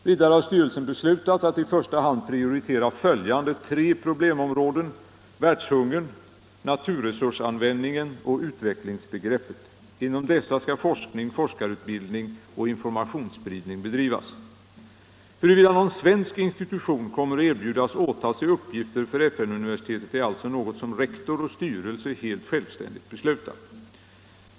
Vidare har styrelsen beslutat att i första hand prioritera följande tre problemområden: världshungern, naturresursanvändningen och utvecklingsbegreppet. Inom dessa skall forskning, forskarutbildning och informationsspridning bedrivas. Huruvida någon svensk institution kommer att erbjudas åta sig uppgifter för FN-universitetet är alltså något som rektor och styrelse helt självständigt beslutar.